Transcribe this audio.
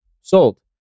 sold